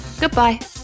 Goodbye